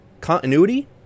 continuity